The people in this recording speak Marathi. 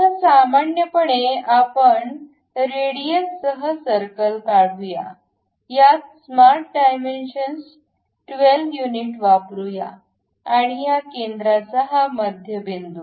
आता सामान्यपणे आपण रेडीयससह सर्कल काढूया यात स्मार्ट डायमेन्शन्स १२ युनिट वापरू या आणि या केंद्राचा हा मध्यबिंदू